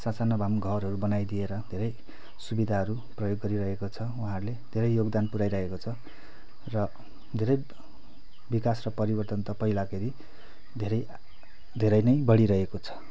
स साना भए पनि घरहरू बनाइदिएर धेरै सुविधाहरू प्रयोग गरिरहेको छ उहाँहरूले धेरै योगदान पुऱ्याइरहेको छ र धेरै विकास र परिवर्तन त पहिलाको हेरी धेरै धेरै नै बढिरहेको छ